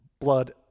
blood